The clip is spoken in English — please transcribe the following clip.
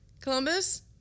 Columbus